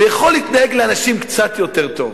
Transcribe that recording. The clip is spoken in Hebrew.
ויכול להתנהג לאנשים קצת יותר טוב.